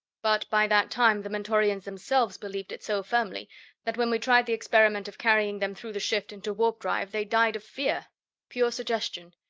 but by that time the mentorians themselves believed it so firmly that when we tried the experiment of carrying them through the shift into warp-drive, they died of fear pure suggestion.